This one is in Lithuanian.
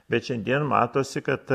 bet šiandien matosi kad